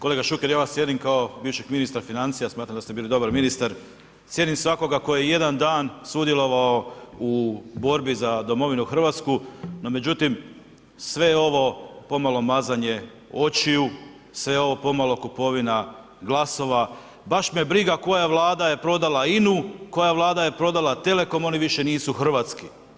Kolega Šuker, ja vas cijenim kao bivšeg ministra financija, smatram da ste bili dobar ministar, cijenim svakoga tko je jedan sudjelovao u borbi za domovinu Hrvatsku, no međutim sve ovo je pomalo mazanje očiju, sve je ovo pomalo kupovina glasova, baš me briga koja Vlada je prodala INA-u, koja Vlada je prodala telekom, oni više nisu hrvatski.